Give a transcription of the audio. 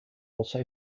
also